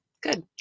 good